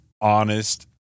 honest